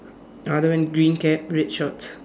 other one green cap red shorts